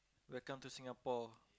welcome to Singapore